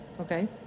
Okay